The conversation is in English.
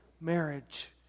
marriage